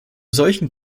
solchen